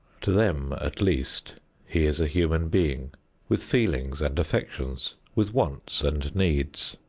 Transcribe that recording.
to them at least he is a human being with feelings and affections, with wants and needs.